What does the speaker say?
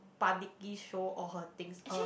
publicly show all her things uh